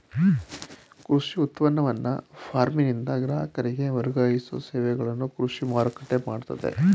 ಕೃಷಿ ಉತ್ಪನ್ನವನ್ನ ಫಾರ್ಮ್ನಿಂದ ಗ್ರಾಹಕರಿಗೆ ವರ್ಗಾಯಿಸೋ ಸೇವೆಗಳನ್ನು ಕೃಷಿ ಮಾರುಕಟ್ಟೆ ಮಾಡ್ತದೆ